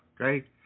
okay